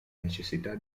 necessità